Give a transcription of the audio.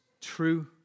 true